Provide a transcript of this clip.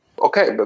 Okay